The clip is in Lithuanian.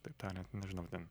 kitaip tariant nežinau ten